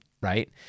right